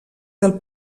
del